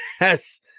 Yes